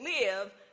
live